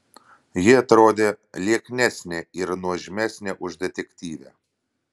ji atrodė lieknesnė ir nuožmesnė už detektyvę